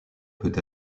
peut